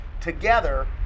Together